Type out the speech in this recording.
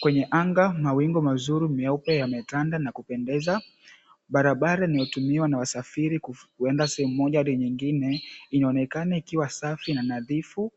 Kwenye anga, mawingu mazuri meupe yametanda na kupendeza. Barabara inayotumiwa na wasafiri kuenda sehemu moja hadi nyinigne inaonekana ikiwa safi na nadhifu.